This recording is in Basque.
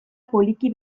poliki